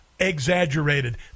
Exaggerated